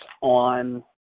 on